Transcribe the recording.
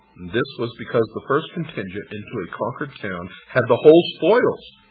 this was because the first contingent into a conquered town had the whole spoils.